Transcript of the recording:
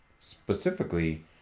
specifically